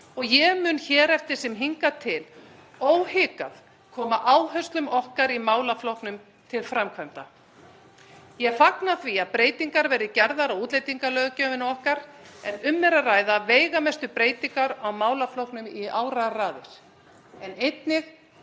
og ég mun hér eftir sem hingað til óhikað koma áherslum okkar í málaflokknum til framkvæmda. Ég fagna því að breytingar verði gerðar á útlendingalöggjöfinni okkar, en um er að ræða veigamestu breytingar á málaflokknum í áraraðir, en einnig